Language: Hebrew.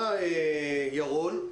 ירון.